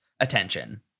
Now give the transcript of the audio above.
attention